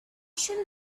shall